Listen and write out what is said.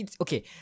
okay